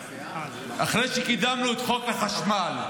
אחרי שקידמנו את חוק החשמל,